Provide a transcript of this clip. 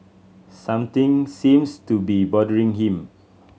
something seems to be bothering him